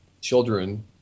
children